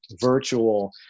virtual